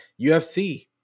ufc